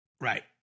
Right